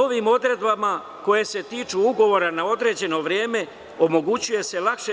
Novim odredbama koje se tiču ugovora na određeno vreme omogućuje se lakše